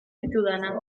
ditudana